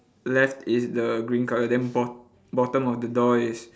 left is the green colour then bot~ bottom of the door is